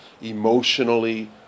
emotionally